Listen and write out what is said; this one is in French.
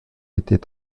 était